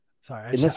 Sorry